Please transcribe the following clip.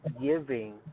giving